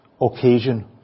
occasion